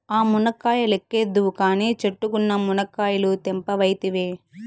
ఆ మునక్కాయ లెక్కేద్దువు కానీ, చెట్టుకున్న మునకాయలు తెంపవైతివే